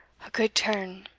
a good turn,